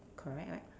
correct right